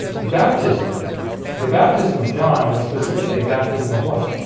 baptism the baptism of john was specifically a baptism of what